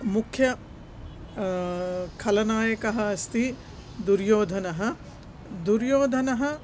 मुख्यः खलनायकः अस्ति दुर्योधनः दुर्योधनः